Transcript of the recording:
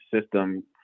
system